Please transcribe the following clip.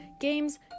games